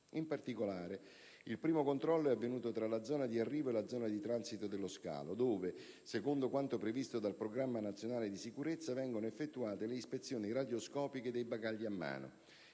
In particolare, il primo controllo è avvenuto tra la zona di arrivo e la zona di transito dello scalo, dove, secondo quanto previsto dal Programma nazionale di sicurezza, vengono effettuate le ispezioni radioscopiche dei bagagli a mano,